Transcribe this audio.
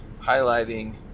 highlighting